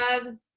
gloves